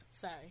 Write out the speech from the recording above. Sorry